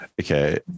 okay